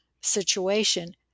situation